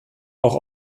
auch